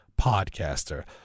podcaster